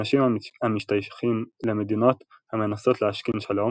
אנשים המשתייכים למדינות המנסות להשכין שלום